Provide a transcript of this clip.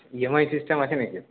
EMI system আছে নাকি